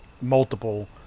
multiple